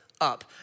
up